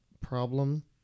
problem